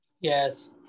Yes